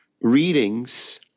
readings